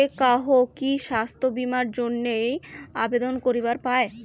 যে কাহো কি স্বাস্থ্য বীমা এর জইন্যে আবেদন করিবার পায়?